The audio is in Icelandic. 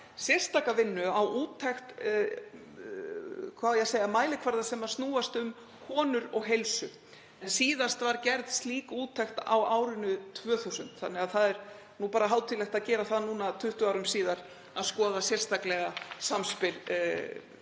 sérstaka vinnu við úttekt mælikvarða sem snúast um konur og heilsu. Síðast var gerð slík úttekt á árinu 2000 þannig að það er nú bara hátíðlegt að gera það núna 20 árum síðar að skoða sérstaklega samspil heilsu